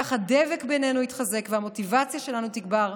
כך הדבק בינינו יתחזק והמוטיבציה שלנו תגבר.